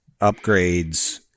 upgrades